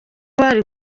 bari